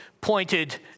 pointed